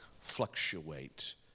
fluctuate